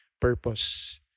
purpose